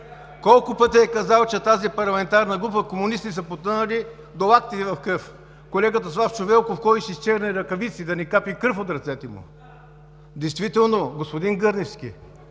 Колко пъти е казал, че тази парламентарна група, комунистите са потънали до лактите в кръв? Колегата Славчо Велков ходеше с черни ръкавици, за да не капе кръв от ръцете му. Действително, господин Гърневски,